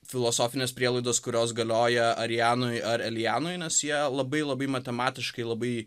filosofinės prielaidos kurios galioja arianui ar elianui nes jie labai labai matematiškai labai